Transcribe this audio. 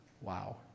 Wow